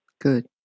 Good